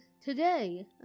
Today